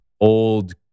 old